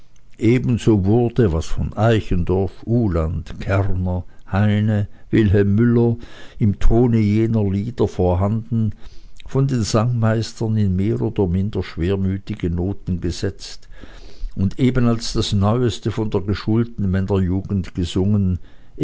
ebenso wurde was von eichendorff uhland kerner heine wilhelm müller im tone jener lieder vorhanden von den sangmeistern in mehr oder minder schwermütige noten gesetzt und eben als das neuste von der geschulten